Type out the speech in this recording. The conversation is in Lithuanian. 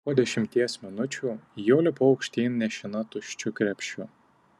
po dešimties minučių jau lipau aukštyn nešina tuščiu krepšiu